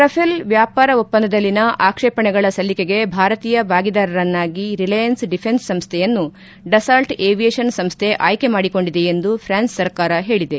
Rafael ವ್ಲಾಪಾರ ಒಪ್ಪಂದದಲ್ಲಿನ ಆಕ್ಷೇಪಣೆಗಳ ಸಲ್ಲಿಕೆಗೆ ಭಾರತೀಯ ಭಾಗಿದಾರರನನ್ನಾಗಿ ರಿಲೆಯನ್ಸ್ ಡಿಫೆನ್ಸ್ ಸಂಸ್ಥೆಯನ್ನು ಡಸಾಲ್ಟ್ ಏವಿಯೇಷನ್ ಸಂಸ್ಥೆ ಆಯ್ಥೆ ಮಾಡಿಕೊಂಡಿದೆ ಎಂದು ಫ್ರಾನ್ಸ್ ಸರ್ಕಾರ ಹೇಳಿದೆ